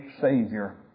Savior